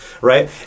right